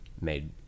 made